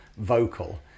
vocal